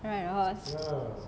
ride a horse